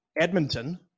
Edmonton